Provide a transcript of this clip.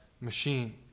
machine